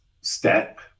step